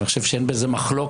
ואני חושב שאין בזה מחלוקת,